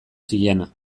ziena